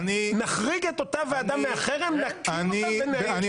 נחריג את אותה ועדה מהחרם, נקים אותה ונדון.